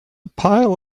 pile